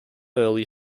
early